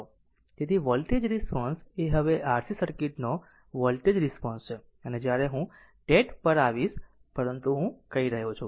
તેથી voltage response એ હવે RC સર્કિટ નો વોલ્ટેજ રિસ્પોન્સ છે અને જ્યારે હું tat પર આવીશ પરંતુ હું કહી રહ્યો છું